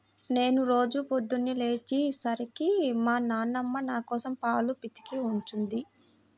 నేను రోజూ పొద్దన్నే లేచే సరికి మా నాన్నమ్మ నాకోసం పాలు పితికి ఉంచుద్ది